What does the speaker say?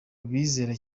bizera